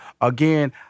Again